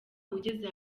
ugeze